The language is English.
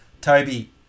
Toby